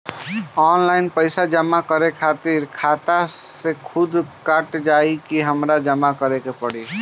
Online पैसा जमा करे खातिर खाता से खुदे कट जाई कि हमरा जमा करें के पड़ी?